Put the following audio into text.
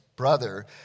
brother